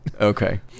Okay